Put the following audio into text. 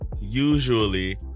usually